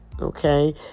okay